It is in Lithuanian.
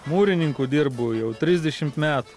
mūrininku dirbu jau trisdešimt metų